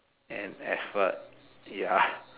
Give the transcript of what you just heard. and effort ya